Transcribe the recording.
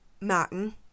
Martin